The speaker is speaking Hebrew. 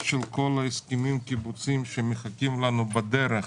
של כל ההסכמים הקיבוציים שמחכים לנו בדרך,